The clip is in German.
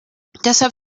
deshalb